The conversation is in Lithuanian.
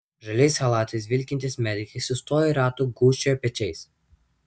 žaliais chalatais vilkintys medikai sustoję ratu gūžčioja pečiais